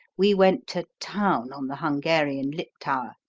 we went to town on the hungarian liptauer,